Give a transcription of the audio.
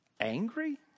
angry